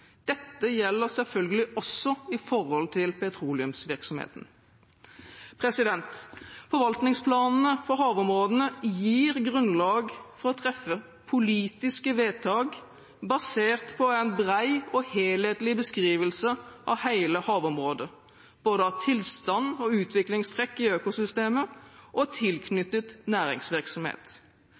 Dette gjelder selvfølgelig også i forholdet til petroleumsvirksomheten. Forvaltningsplanene for havområdene gir grunnlag for å treffe politiske vedtak basert på en bred og helhetlig beskrivelse av hele havområdet, både av tilstand og utviklingstrekk i økosystemet og tilknyttet næringsvirksomhet.